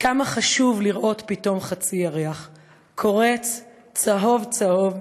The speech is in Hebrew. / כמה חשוב לראות פתאום חצי ירח / קורץ צהוב צהוב